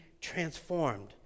transformed